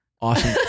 Awesome